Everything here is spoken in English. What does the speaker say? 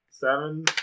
Seven